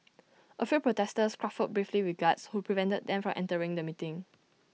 A few protesters scuffled briefly with guards who prevented them from entering the meeting